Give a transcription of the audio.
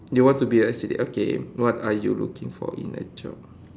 you want to be a S_C_D_F okay what are you looking for in a job